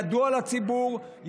ידוע לציבור,